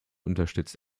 unterstützt